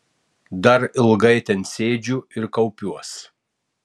dar ilgai ten sėdžiu ir kaupiuos